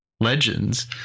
Legends